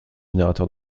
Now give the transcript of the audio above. générateurs